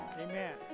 Amen